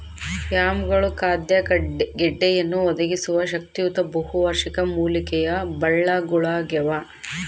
ಯಾಮ್ಗಳು ಖಾದ್ಯ ಗೆಡ್ಡೆಯನ್ನು ಒದಗಿಸುವ ಶಕ್ತಿಯುತ ಬಹುವಾರ್ಷಿಕ ಮೂಲಿಕೆಯ ಬಳ್ಳಗುಳಾಗ್ಯವ